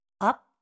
up